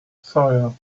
sawyer